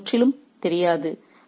அவர்கள் முற்றிலும் தெரியாது